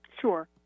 Sure